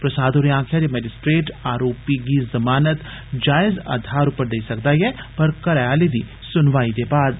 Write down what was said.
प्रसाद होरें आक्खेआ जे मैजिस्ट्रेट आरोपी गी जमानत जायज आधार पर देई सकदा ऐ पर घरै आली दी सुनवाई दे बाद गै